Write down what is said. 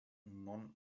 none